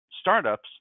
Startups